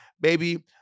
baby